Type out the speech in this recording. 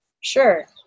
Sure